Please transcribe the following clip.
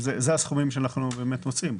אלה הסכומים שאנחנו מוציאים.